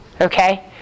Okay